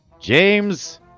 James